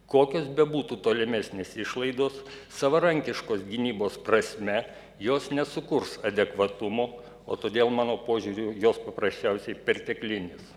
kokios bebūtų tolimesnės išlaidos savarankiškos gynybos prasme jos nesukurs adekvatumo o todėl mano požiūriu jos paprasčiausiai perteklinis